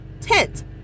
tent